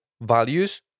values